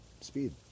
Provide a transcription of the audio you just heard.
speed